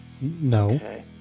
No